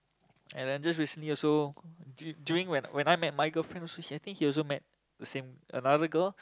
and then just recently also du~ during when when I met my girlfriend also I think he also met the same another girl